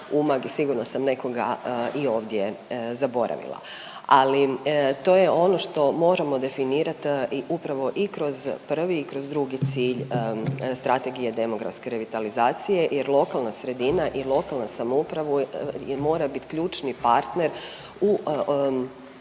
sigurno sam nekoga i ovdje zaboravila. Ali to je ono što moramo definirati i upravo i kroz prvi i kroz drugi cilj Strategije demografske revitalizacije, jer lokalna sredina i lokalna samouprava mora bit ključni partner u